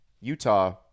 Utah